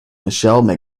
michelle